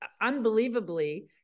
unbelievably